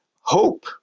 Hope